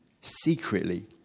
secretly